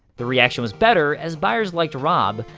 the reaction was better, as buyers liked rob,